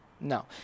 No